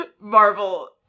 Marvel